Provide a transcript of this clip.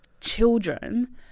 children